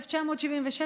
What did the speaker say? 1976,